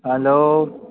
hello